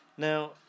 Now